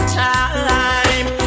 time